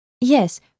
Yes